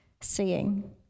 seeing